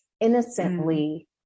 innocently